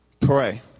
Pray